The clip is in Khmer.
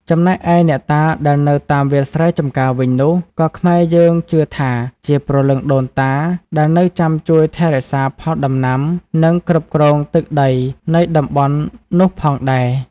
ចំណែកឯអ្នកតាដែលនៅតាមវាលស្រែចំការវិញនោះ ក៏ខ្មែរយើងជឿថា ជាព្រលឹងដូនតា ដែលនៅចាំជួយថែរក្សាផលដំណាំ និង គ្រប់គ្រងទឹកដីនៃតំបន់នោះផងដែរ។